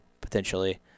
potentially